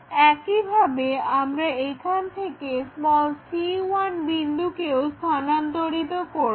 একইভাবে আমরা এখান থেকে c1 বিন্দুকেও স্থানান্তরিত করবো